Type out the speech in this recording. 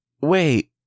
Wait